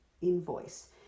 invoice